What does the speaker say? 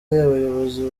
abayobozi